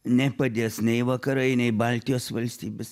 nepadės nei vakarai nei baltijos valstybės